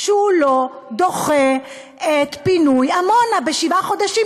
שהוא לא דוחה את פינוי עמונה בשבעה חודשים,